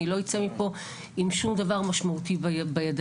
אני לא אצא מפה עם שום דבר משמעותי בידיים,